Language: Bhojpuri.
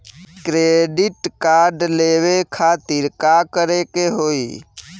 क्रेडिट कार्ड लेवे खातिर का करे के होई?